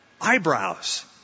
eyebrows